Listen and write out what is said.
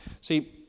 See